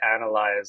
analyze